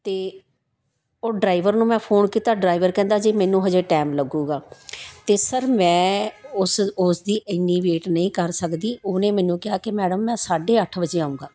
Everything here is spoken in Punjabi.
ਤਾਂ ਉਹ ਡਰਾਈਵਰ ਨੂੰ ਮੈਂ ਫੋਨ ਕੀਤਾ ਡਰਾਈਵਰ ਕਹਿੰਦਾ ਜੀ ਮੈਨੂੰ ਹਜੇ ਟੈਮ ਲੱਗੂਗਾ ਤੇ ਸਰ ਮੈਂ ਉਸ ਉਸਦੀ ਐਨੀ ਵੇਟ ਨਹੀਂ ਕਰ ਸਕਦੀ ਉਹਨੇ ਮੈਨੂੰ ਕਿਹਾ ਕੇ ਮੈਡਮ ਮੈਂ ਸਾਢੇ ਅੱਠ ਵਜੇ ਆਊਂਗਾ